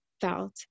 felt